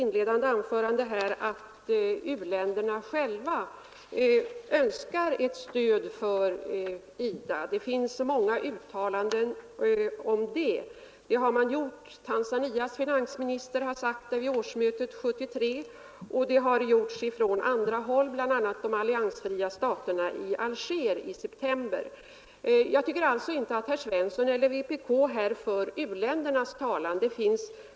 Jag har i mitt svar sagt att u-länderna själva önskar ett stöd för IDA — det finns många uttalanden om det. Tanzanias finansminister sade det vid årsmötet 1973, och de alliansfria staterna uttalade detsamma i Alger i september. Jag tycker alltså inte att herr Svensson eller vpk här för u-ländernas talan.